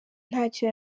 ntacyo